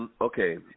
Okay